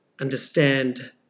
understand